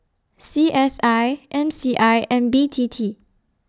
C S I M C I and B T T